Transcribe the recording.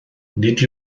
nid